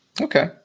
Okay